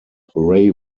ray